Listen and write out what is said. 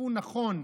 תשקפו נכון,